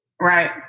Right